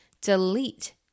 delete